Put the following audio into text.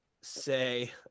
say